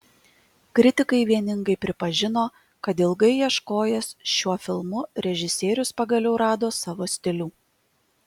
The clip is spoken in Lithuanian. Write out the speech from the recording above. kritikai vieningai pripažino kad ilgai ieškojęs šiuo filmu režisierius pagaliau rado savo stilių